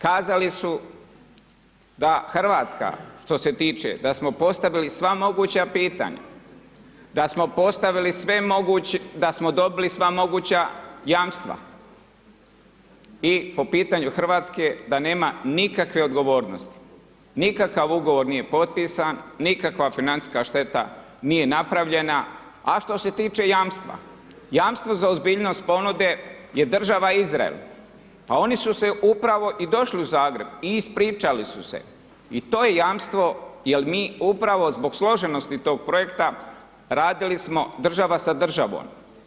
Kazali su da Hrvatska, što se tiče, da smo postavili sva moguća pitanja, da smo dobili sva moguća jamstva, i po pitanju Hrvatske, da nema nikakve odgovornosti, nikav ugovor nije potpisan, nikakva financijska šteta nije napravljena, a što se tiče jamstva, jamstvo za ozbiljnost ponude je države Izrael, pa oni su se i upravo došli u Zagreb i ispričali su se i to je jamstvo, jer mi upravo zbog složenosti tog projekta, radili smo država sa državom.